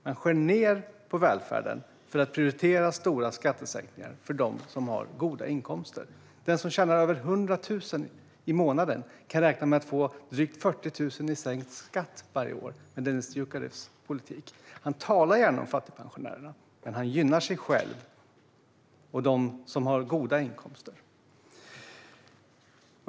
De skär ned på välfärden för att prioritera stora skattesänkningar för dem som har goda inkomster. Den som tjänar över 100 000 i månaden kan räkna med att få drygt 40 000 i sänkt skatt varje år med Dennis Dioukarevs politik. Han talar gärna om fattigpensionärerna, men han gynnar sig själv och dem som har goda inkomster.